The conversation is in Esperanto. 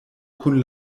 kun